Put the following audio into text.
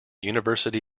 university